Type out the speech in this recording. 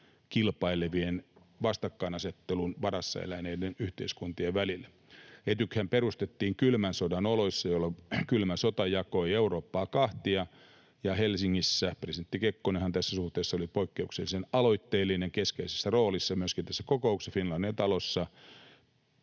kilpailevien, vastakkainasettelun varassa eläneiden yhteiskuntien välille. Etykhän perustettiin kylmän sodan oloissa, jolloin kylmä sota jakoi Eurooppaa kahtia, ja Helsingissä presidentti Kekkonenhan tässä suhteessa oli poikkeuksellisen aloitteellinen, keskeisessä roolissa myöskin tässä kokouksessa. Finlandia-talossa